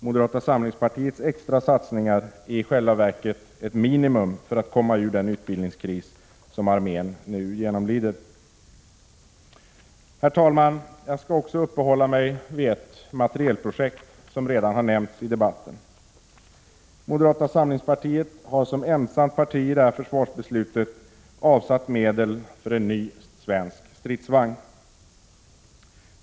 Moderata samlingspartiets extra satsningar är i själva verket ett minimum för att komma ur den utbildningskris som armén nu genomlider. Herr talman! Jag skall också uppehålla mig vid ett materielprojekt som redan har nämnts i debatten. Moderata samlingspartiet har beträffande detta försvarsbeslut som enda parti räknat med avsättning av medel för en ny svensk stridsvagn.